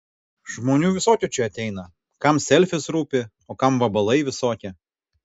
žmonių visokių čia ateina kam selfis rūpi o kam vabalai visokie